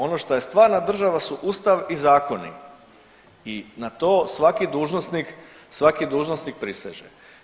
Ono što je stvarna država su ustav i zakoni i na to svaki dužnosnik, svaki dužnosnik priseže.